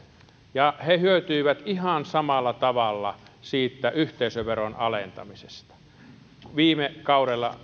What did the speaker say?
ja he hyötyivät ihan samalla tavalla siitä yhteisöveron alentamisesta joka tehtiin viime kaudella